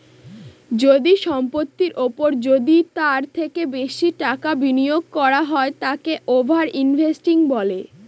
যদি সম্পত্তির ওপর যদি তার থেকে বেশি টাকা বিনিয়োগ করা হয় তাকে ওভার ইনভেস্টিং বলে